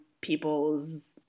people's